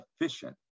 efficient